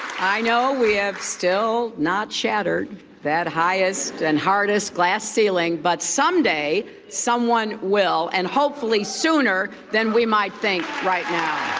i know we have still not shattered that highest and hardest glass ceiling, but someday someone will and hopefully sooner than we might think right now